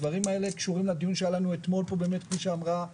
הדברים האלה קשורים לדיון שהיה לנו אתמול פה כפי שאמרה יושבת-הראש.